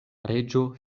reĝo